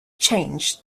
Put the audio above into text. changed